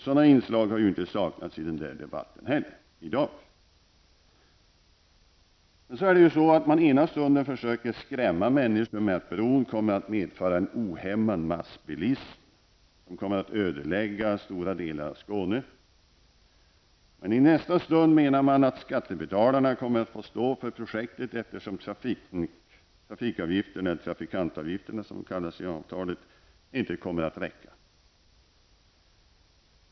Sådana inslag har inte heller saknats i debatten här i dag. Ena stunden försöker man skrämma människor med att bron kommer att medföra en ohämmad massbilism, som kommer att ödelägga stora delar av Skåne. I nästa stund menar man att skattebetalarna kommer att få stå för projektet, eftersom trafikavgifterna -- eller trafikantavgifterna som de kallas i avtalet -- inte kommer att räcka.